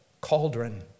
cauldron